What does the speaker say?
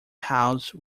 house